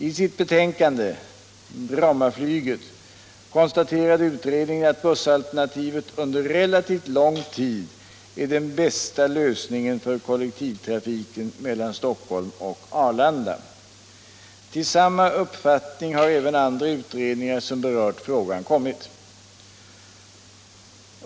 I sitt betänkande - Brommaflyget — konstaterade utredningen att bussalternativet under relativt lång tid är den bästa lösningen för kollektivtrafiken mellan Stockholm och Arlanda. Till samma uppfattning hade även andra utredningar som berört frågan kommit.